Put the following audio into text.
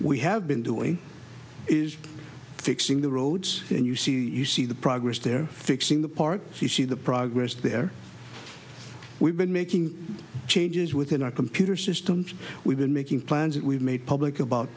we have been doing is fixing the roads and you see you see the progress they're fixing the part you see the progress there we've been making changes within our computer systems we've been making plans that we've made public about